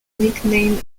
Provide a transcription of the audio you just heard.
nickname